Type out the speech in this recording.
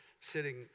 sitting